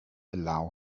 allow